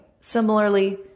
Similarly